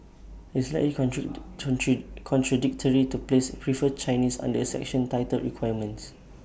IT is slightly contradictory to place prefer Chinese under A section titled requirements